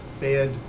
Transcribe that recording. bad